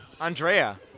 Andrea